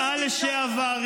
תגיד, איזה איכות שלטון יש לכם?